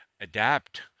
adapt